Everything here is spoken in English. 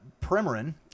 Primarin